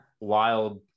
wild